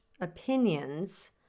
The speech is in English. opinions